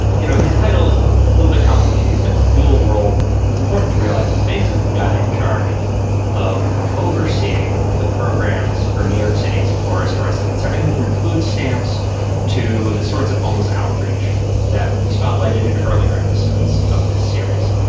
you know, his title is a little bit complicated. he's got the dual role. what's important to realize is thanks is the guy in charge of overseeing the programs for new york city's poorest residents, everything from food stamps to the sorts of homeless outreach that we spotlighted in earlier episodes of this series.